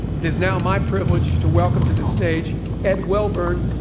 it is now my privilege to welcome to the stage ed welburn,